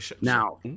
Now